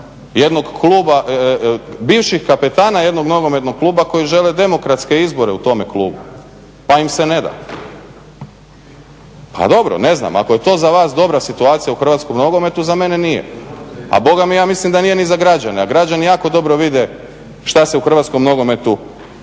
jednog kluba, bivših kapetana jednog nogometnog kluba koji žele demokratske izbore u tome klubu pa im se ne da. Pa dobro, ne znam, ako je to za vas dobra situacija u hrvatskom nogometu za mene nije. A bogami ja mislim da nije ni za građane. A građani jako dobro vide što se u hrvatskom nogometu